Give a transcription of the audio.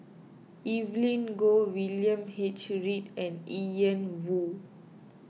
Evelyn Goh William H Read and Ian Woo